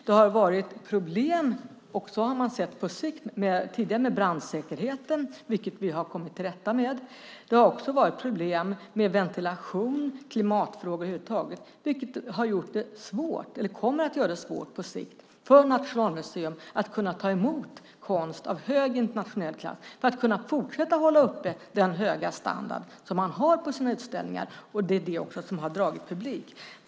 Det har tidigare på sikt varit problem med brandsäkerheten, vilket vi har kommit till rätta med. Det har också varit problem med ventilation och klimatfrågor över huvud taget. Det kommer på sikt att göra det svårt för Nationalmuseum att ta emot konst av hög internationell klass för att kunna fortsätta att hålla uppe den höga standard som man har på sina utställningar, som är det som har dragit publik.